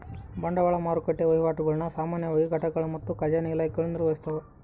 ಬಂಡವಾಳ ಮಾರುಕಟ್ಟೆ ವಹಿವಾಟುಗುಳ್ನ ಸಾಮಾನ್ಯವಾಗಿ ಘಟಕಗಳು ಮತ್ತು ಖಜಾನೆ ಇಲಾಖೆಗಳು ನಿರ್ವಹಿಸ್ತವ